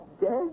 dead